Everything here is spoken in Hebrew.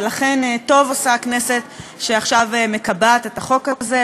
ולכן טוב עושה הכנסת שעכשיו מקבעת את החוק הזה,